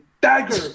dagger